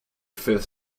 fifth